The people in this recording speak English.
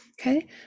Okay